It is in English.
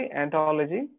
anthology